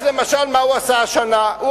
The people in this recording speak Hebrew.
מה הוא עשה השנה, למשל?